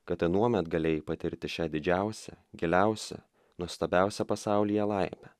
kad anuomet galėjai patirti šią didžiausią giliausią nuostabiausią pasaulyje laimę